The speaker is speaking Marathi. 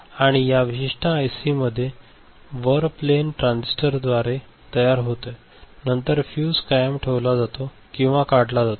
आणि या विशिष्ट आयसीमध्ये वर प्लेन ट्रान्झिस्टरद्वारे तयार होते आणि नंतर फ्यूज कायम ठेवला जातो किंवा काढला जातो